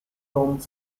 dome